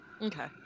Okay